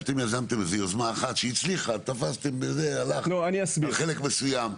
אתם יזמתם יוזמה אחת שהצליחה על חלק מסוים.